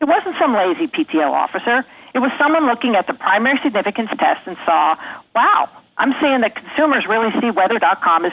it wasn't some lazy p p l officer it was someone looking at the primary significance test and saw wow i'm saying that consumers really see whether dot com is